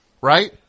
Right